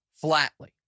flatly